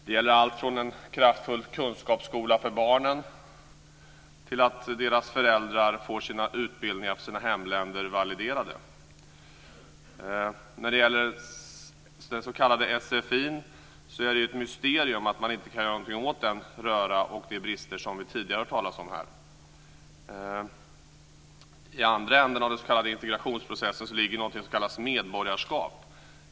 Det gäller allt från en kraftfull kunskapsskola för barnen till att deras föräldrar får sina utbildningar från sina hemländer validerade. När det gäller den s.k. sfi-undervisningen är det ett mysterium att man inte kan göra någonting åt den röra och de brister vi tidigare har hört talas om här. I andra ändan av den s.k. integrationsprocessen ligger någonting som kallas medborgarskap.